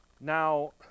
Now